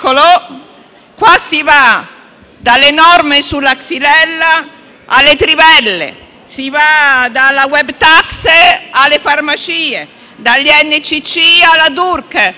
si va dalle norme sulla xylella alle trivelle, dalla *web tax* alle farmacie, dagli NCC alla DURC,